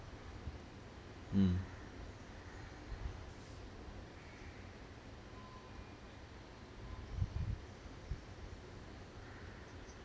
mm